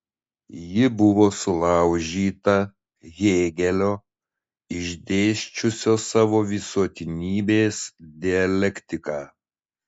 ji buvo sulaužyta hėgelio išdėsčiusio savo visuotinybės dialektiką